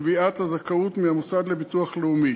לקביעת הזכאות מהמוסד לביטוח לאומי.